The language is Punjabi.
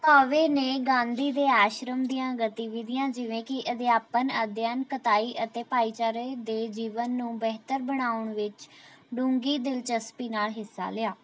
ਭਾਵੇ ਨੇ ਗਾਂਧੀ ਦੇ ਆਸ਼ਰਮ ਦੀਆਂ ਗਤੀਵਿਧੀਆਂ ਜਿਵੇਂ ਕਿ ਅਧਿਆਪਨ ਅਧਿਐਨ ਕਤਾਈ ਅਤੇ ਭਾਈਚਾਰੇ ਦੇ ਜੀਵਨ ਨੂੰ ਬਿਹਤਰ ਬਣਾਉਣ ਵਿੱਚ ਡੂੰਘੀ ਦਿਲਚਸਪੀ ਨਾਲ ਹਿੱਸਾ ਲਿਆ